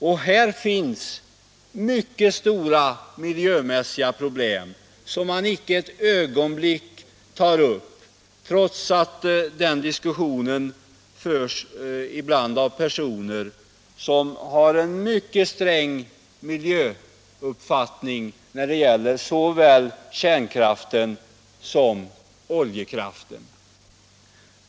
Och här finns mycket stora miljömässiga problem som icke ett ögonblick tas upp, trots att diskussionen ibland förs av personer som har synnerligen stränga miljökrav när det gäller såväl kärnkraften som oljekraften.